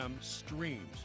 streams